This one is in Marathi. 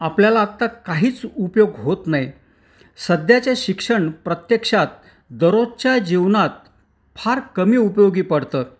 आपल्याला आत्ता काहीच उपयोग होत नाही सध्याचे शिक्षण प्रत्यक्षात दरोजच्या जीवनात फार कमी उपयोगी पडतं